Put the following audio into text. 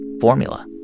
formula